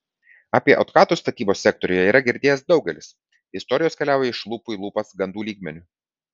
apie otkatus statybos sektoriuje yra girdėjęs daugelis istorijos keliauja iš lūpų į lūpas gandų lygmeniu